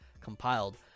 compiled